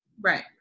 Right